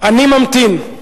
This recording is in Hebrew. אני ממתין.